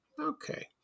Okay